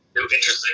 Interesting